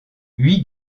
huit